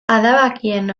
adabakien